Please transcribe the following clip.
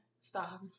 Stop